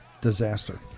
disaster